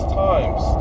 times